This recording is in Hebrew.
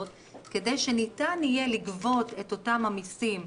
כדי שניתן יהיה לגבות את אותם המסים,